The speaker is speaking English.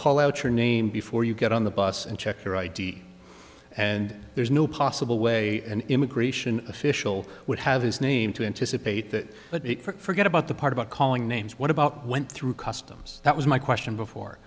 call out your name before you get on the bus and check your id and there's no possible way an immigration official would have his name to anticipate that but it for get about the part about calling names what about went through customs that was my question before